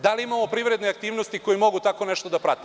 Da li imamo privredne aktivnosti koje mogu tako nešto da prate?